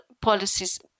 policies